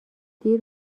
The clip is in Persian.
دیر